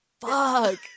Fuck